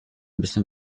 müssen